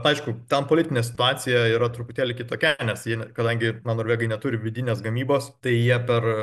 aišku ten politinė situacija yra truputėlį kitokia nes ji kadangi na norvegai neturi vidinės gamybos tai jie per